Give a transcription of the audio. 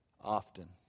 often